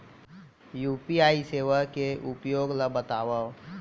UPI सेवा के उपयोग ल बतावव?